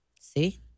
See